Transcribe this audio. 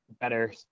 better